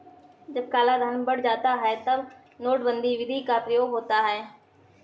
जब कालाधन बढ़ जाता है तब नोटबंदी विधि का प्रयोग होता है